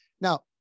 Now